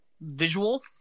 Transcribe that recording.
visual